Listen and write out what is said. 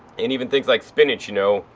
and even things like spinach, you know,